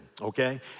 okay